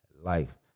life